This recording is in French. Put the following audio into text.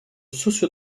socio